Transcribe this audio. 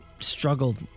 struggled